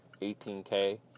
$18K